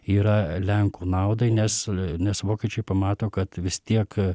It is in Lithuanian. yra lenkų naudai nes nu nes vokiečiai pamato kad vis tiek